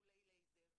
טיפולי לייזר,